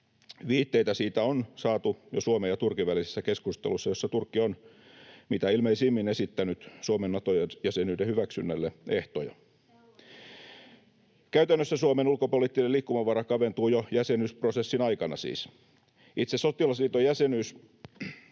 Viitteitä siitä on jo saatu Suomen ja Turkin välisessä keskustelussa, jossa Turkki on mitä ilmeisimmin esittänyt Suomen Nato-jäsenyyden hyväksynnälle ehtoja. [Sanna Antikainen: Te haluatte myöskin Kremlin pelinappulaksi!] Käytännössä Suomen ulkopoliittinen liikkumavara kaventuu jo jäsenyysprosessin aikana siis. Itse sotilasliiton jäsenyys